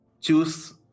choose